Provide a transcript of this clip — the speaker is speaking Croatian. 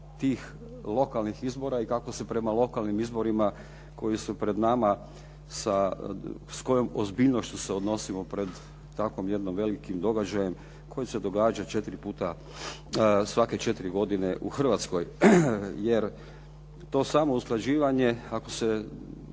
tih lokalnih izbora i kako se prema lokalnim izborima koji su pred nama, s kojom ozbiljnošću se odnosimo pred takvom jednim velikim događajem jednim velikim događajem koji se događa 4 puta, svake 4 godine u Hrvatskoj. jer to samo usklađivanje ako se